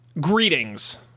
greetings